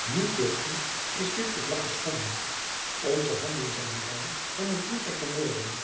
niet door u is dit verdrag geschonden onze handen zijn rein van het bloed der vermoorden